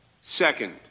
Second